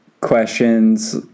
questions